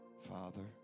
Father